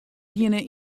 wiene